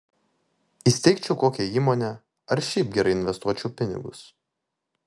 įsteigčiau kokią įmonę ar šiaip gerai investuočiau pinigus